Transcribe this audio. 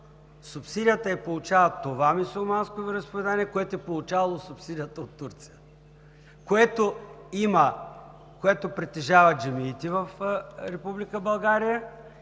Субсидията я получава това мюсюлманско вероизповедание, което е получавало субсидията от Турция, което притежава джамиите в Република България